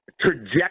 trajectory